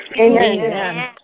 Amen